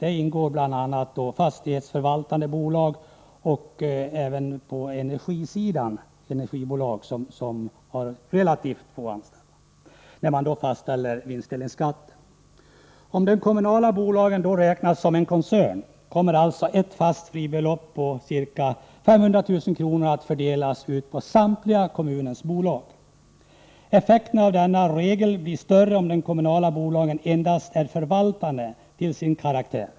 Här ingår bl.a. fastighetsförvaltande bolag och energibolag, som har relativt få anställda. Om de kommunala bolagen räknas som en koncern kommer alltså det fasta fribeloppet på 500 000 kr. att fördelas på samtliga kommunala bolag. Effekten av denna regel blir större om de kommunala bolagen endast är förvaltande till sin karaktär.